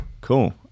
Cool